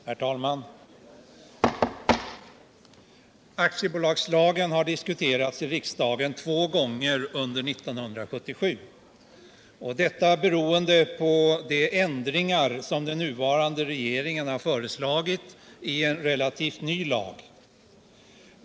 Herr talman! Aktiebolagslagen har diskuterats i riksdagen två gånger under 1977, beroende på de ändringar som den nuvarande regeringen har föreslagit i en relativt ny lag.